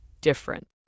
different